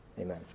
Amen